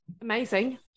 Amazing